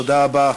תודה רבה.